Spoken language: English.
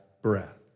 breath